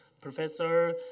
Professor